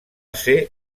ser